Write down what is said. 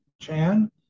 Chan